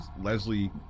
Leslie